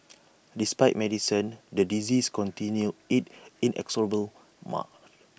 despite medicines the disease continued its inexorable March